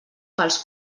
pels